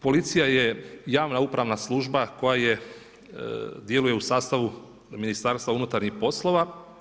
Policija je javna upravna služba koja djeluje u sastavu Ministarstva unutarnjih poslova.